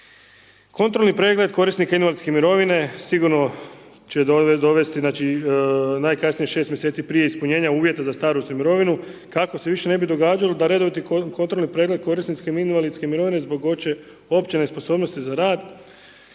Kontrolni pregled korisnika invalidske mirovine sigurno će dovesti najkasnije 6 mjeseci prije ispunjenja uvjeta za starosnu mirovinu kako se ne bi više događalo da redoviti kontrolni pregled korisnicima invalidske mirovine zbog opće nesposobnosti za rad